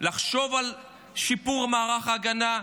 לחשוב על שיפור מערך ההגנה,